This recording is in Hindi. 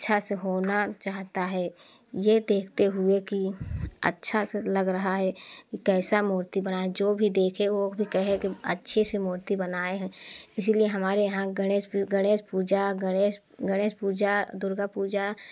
अच्छा सा होना चाहता है ये देखते हुए कि अच्छा सा लग रहा है कैसा मूर्ति बनाए जो भी देखे वो भी कहे की अच्छी सी मूर्ति बनाए हैं इसलिए हमारे यहाँ गणेश गणेश पूजा गणेश पूजा दुर्गा पूजा